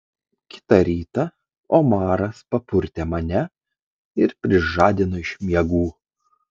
kitą rytą omaras papurtė mane ir prižadino iš miegų